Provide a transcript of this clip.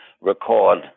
record